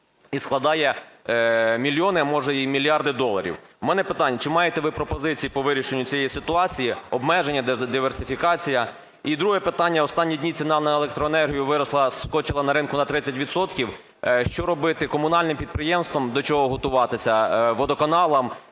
і складає мільйони, а може і мільярди доларів. У мене питання. Чи маєте ви пропозиції по вирішенню цієї ситуації: обмеження, диверсифікація? І друге питання. Останні дні ціна на електроенергію скочила на ринку на 30 відсотків. Що робити комунальним підприємствам, до чого готуватися водоканалам,